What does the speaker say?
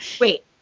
Wait